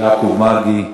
יעקב מרגי,